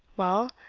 well?